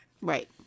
Right